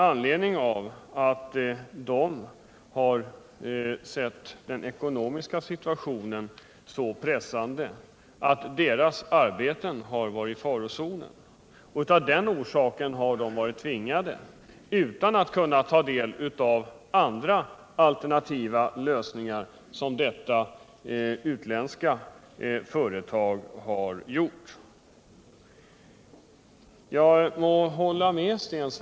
De har ansett den ekonomiska situationen vara så pressande att deras arbeten befunnit sig i farozonen. Av den orsaken har de alltså varit i en tvångssituation och inte, i likhet med det nämnda utländska företaget, kunnat överväga andra alternativa lösningar.